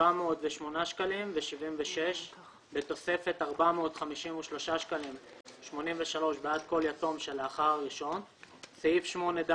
708.76 בתוספת 453.83 בעד כל יתום שלאחר הראשון (4)סעיף 8(ד)